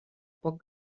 pot